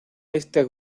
este